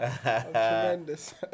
tremendous